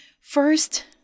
First